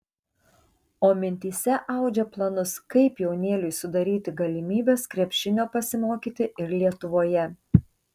o mintyse audžia planus kaip jaunėliui sudaryti galimybes krepšinio pasimokyti ir lietuvoje